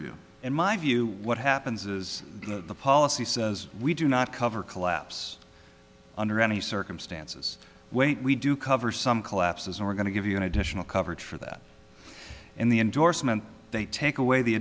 view in my view what happens is the policy says we do not cover collapse under any circumstances wait we do cover some collapses and we're going to give you an additional coverage for that in the endorsement they take away the